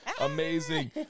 Amazing